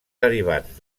derivats